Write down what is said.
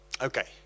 Okay